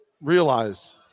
realize